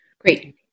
Great